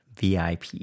VIP